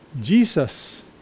Jesus